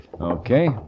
Okay